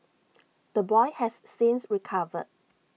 the boy has since recovered